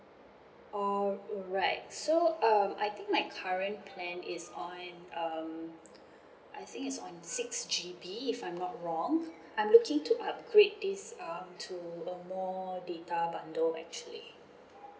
alright so um I think my current plan is on um I think is on six G_B if I'm not wrong I'm looking to upgrade this um to a more data bundle actually